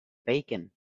bacon